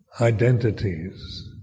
identities